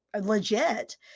legit